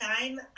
time